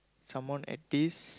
someone at this